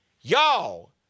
Y'all